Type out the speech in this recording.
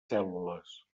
cèl·lules